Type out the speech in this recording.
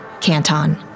Canton